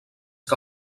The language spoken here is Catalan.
que